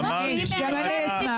שהיא --- גם אני אשמח.